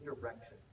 direction